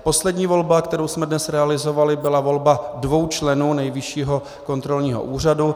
Poslední volba, kterou jsme dnes realizovali, byla volba dvou členů Nejvyššího kontrolního úřadu.